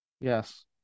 Yes